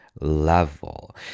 level